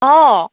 অঁ